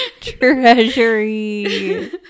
Treasury